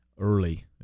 early